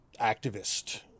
activist